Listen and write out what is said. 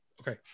okay